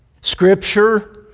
scripture